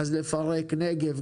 אז יש לפרט לגבי הנגב,